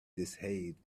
disheveled